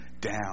down